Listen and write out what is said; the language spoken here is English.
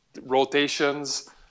rotations